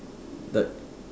third